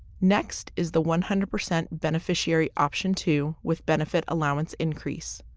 next is the one hundred percent beneficiary option two with benefit allowance increase.